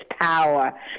power